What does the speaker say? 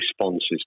responses